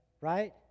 right